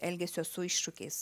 elgesio su iššūkiais